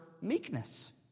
meekness